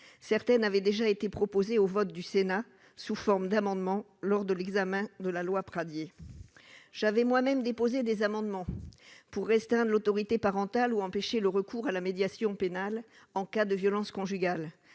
Certaines avaient déjà été proposées au vote du Sénat sous la forme d'amendements lors de l'examen de la loi Pradié. J'avais moi-même déposé des amendements en vue de restreindre l'autorité parentale ou d'empêcher le recours à la médiation pénale en cas de violences conjugales,